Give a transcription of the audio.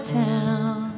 town